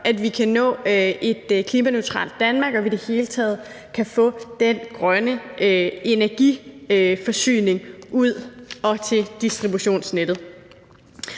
at vi kan nå et klimaneutralt Danmark, og for at vi i det hele taget kan få den grønne energiforsyning ud til distributionsnettet.